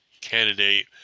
candidate